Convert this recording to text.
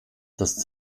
das